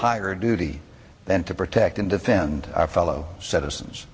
higher duty then to protect and defend our fellow citizens